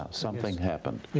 something happened.